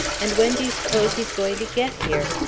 and when do you s'pose he's going to get here?